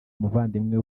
umuvandimwe